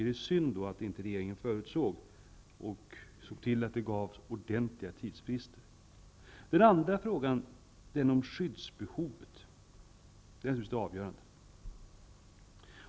Det är synd att regeringen inte förutsåg detta och såg till att det gavs ordentliga tidsfrister. Sedan till den andra frågan som gäller skyddsbehovet, och det är naturligtvis det avgörande.